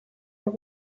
are